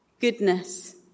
goodness